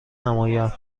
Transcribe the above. نمایم